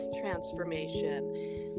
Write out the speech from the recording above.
transformation